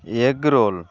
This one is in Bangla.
egg roll